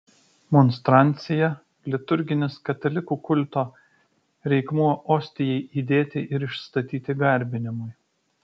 monstrancija liturginis katalikų kulto reikmuo ostijai įdėti ir išstatyti garbinimui